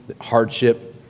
hardship